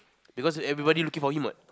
because everybody looking for him what